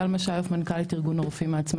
מספר הרופאים שיידרשו למעשה בהסדר שב"ן